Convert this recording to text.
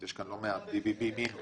יש כאן לא מעט BBB מינוס.